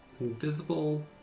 Invisible